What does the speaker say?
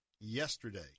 yesterday